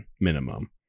minimum